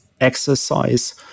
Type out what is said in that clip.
exercise